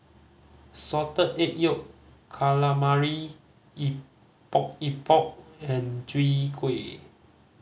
Salted Egg Yolk Calamari Epok Epok and Chwee Kueh